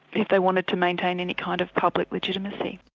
if they wanted to maintain any kind of public legitimacy.